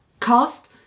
cast